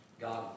God